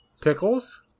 Pickles